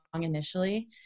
initially